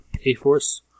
A-Force